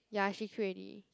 ya she quit already